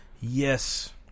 Yes